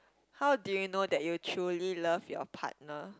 how do you know that you truly love your partner